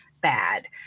bad